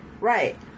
Right